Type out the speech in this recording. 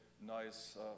nice